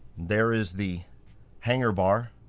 there is the hangar bar.